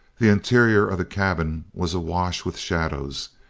the interior of the cabin was awash with shadows,